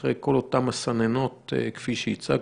אחרי כל אותן מסננות כפי שהצגת,